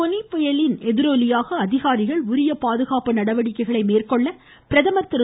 போனி புயலின் எதிரொலியாக அதிகாரிகள் உரிய பாதுகாப்பு நடவடிக்கைகளை மேற்கொள்ள பிரதமர் திரு